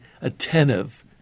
attentive